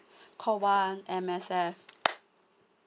call one M_S_F